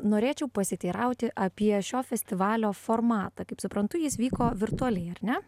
norėčiau pasiteirauti apie šio festivalio formatą kaip suprantu jis vyko virtualiai ar ne